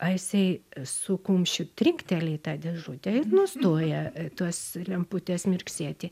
a jisai su kumščiu trikteli į tą dėžutę ir nustoja tos lemputės mirksėti